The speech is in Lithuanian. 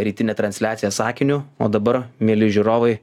rytinę transliaciją sakiniu o dabar mieli žiūrovai